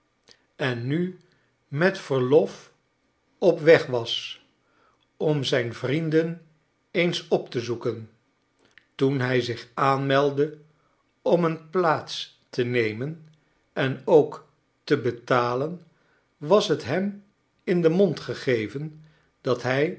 en nu met verlof op weg was om zijn vrienden eens op te zoeken toen hij zich aanmeldde om een plaats te nemen en ook te betalen was t hem in den mond gegeven dat hij